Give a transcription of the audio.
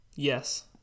Yes